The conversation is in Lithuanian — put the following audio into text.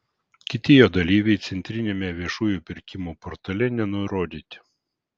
kiti jo dalyviai centriniame viešųjų pirkimų portale nenurodyti